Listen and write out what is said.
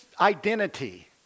identity